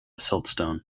siltstone